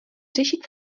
řešit